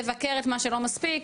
לבקר את מה שלא מספיק,